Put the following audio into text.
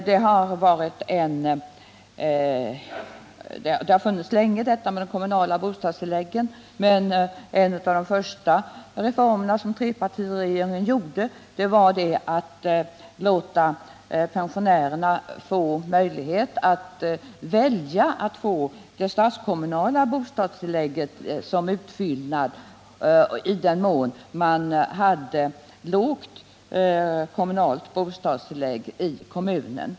Kommunala bostadstillägg har funnits länge, men en av de första reformer som trepartiregeringen genomförde var att låta pensionärer, i den mån de hade lågt kommunalt bostadstillägg i sin kommun, få möjlighet att som utfyllnad i stället välja det statskommunala bostadstillägget.